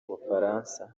bufaransa